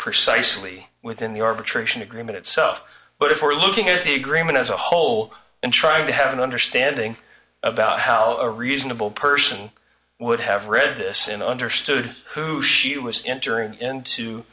precisely within the orbit tradition agreement itself but if we're looking at the agreement as a whole and try to have an understanding about how a reasonable person would have read this and understood who she was entering into